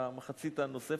במחצית הנוספת,